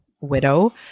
widow